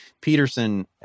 Peterson